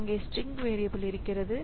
அங்கே string variable இருக்கிறது